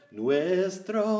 nuestro